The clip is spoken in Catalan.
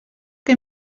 que